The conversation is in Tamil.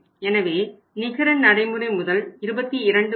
எனவே நிகர நடைமுறை முதல் 22